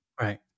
Right